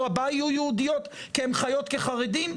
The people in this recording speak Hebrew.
הבא יהיו יהודיות כי הן חיות כחרדים?